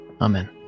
Amen